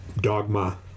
Dogma